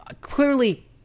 clearly